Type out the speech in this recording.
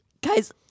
guys